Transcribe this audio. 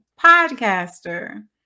podcaster